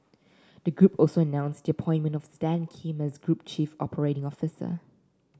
the group also announced the appointment of Stan Kim as group chief operating officer